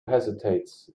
hesitates